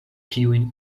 kiujn